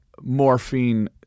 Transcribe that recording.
morphine